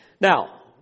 Now